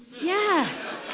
Yes